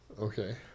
Okay